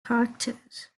characters